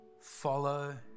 follow